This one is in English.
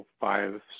five